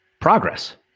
progress